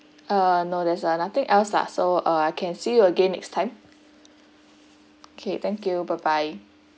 uh no there's nothing else ah so uh I can see you again next time okay thank you bye bye